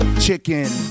chicken